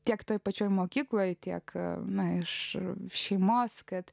tiek toje pačioje mokykloje tiek na iš šeimos kad